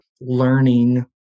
learning